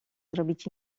zrobić